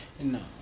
no